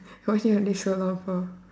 only Sherlock four